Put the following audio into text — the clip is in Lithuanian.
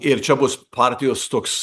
ir čia bus partijos toks